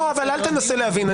אל תנסה להבין.